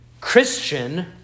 Christian